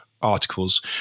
articles